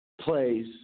plays